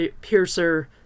piercer